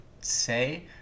say